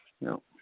No